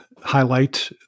highlight